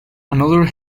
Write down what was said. another